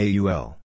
AUL